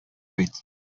бит